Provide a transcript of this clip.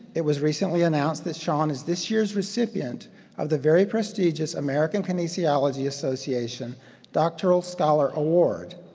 it was recently announced that sean is this year's recipient of the very prestigious american kinesiology association doctoral scholar award.